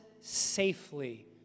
safely